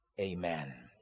amen